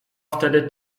wtedy